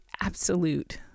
absolute